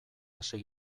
hasi